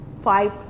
five